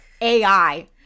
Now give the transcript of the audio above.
AI